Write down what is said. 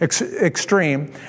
extreme